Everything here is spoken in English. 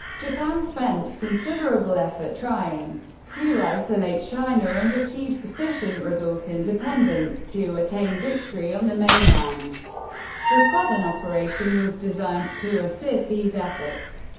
japan spent considerable effort trying to isolate china and achieve sufficient resource independence to attain victory on the mainland the southern operation was designed to assist these efforts.